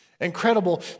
incredible